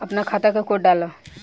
अपना खाता के कोड डाला